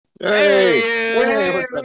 Hey